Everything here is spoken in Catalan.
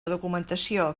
documentació